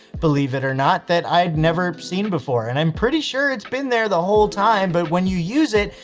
believe it or not that i'd never seen before. and i'm pretty sure it's been there the whole time, but when you use it,